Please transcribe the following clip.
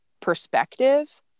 perspective